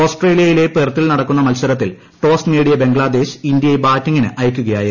ഓസ്ട്രേലിയയിലെ പെർത്തിൽ നടക്കുന്ന ്മർസ്മരത്തിൽ ടോസ് നേടിയ ബംഗ്ലാദേശ് ഇന്ത്യയെ ബാറ്റിംഗിന് അയയ്ക്കുകയായിരുന്നു